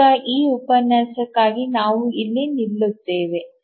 ಈಗ ಈ ಉಪನ್ಯಾಸಕ್ಕಾಗಿ ನಾವು ಇಲ್ಲಿ ನಿಲ್ಲುತ್ತೇವೆ